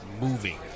moving